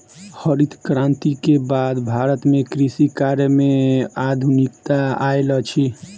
हरित क्रांति के बाद भारत में कृषि कार्य में आधुनिकता आयल अछि